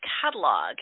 catalog